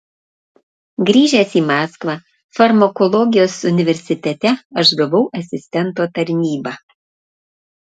grįžęs į maskvą farmakologijos universitete aš gavau asistento tarnybą